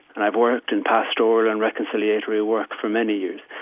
and i've worked in pastoral and reconciliatory work for many years.